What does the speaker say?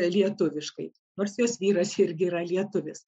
lietuviškai nors jos vyras irgi yra lietuvis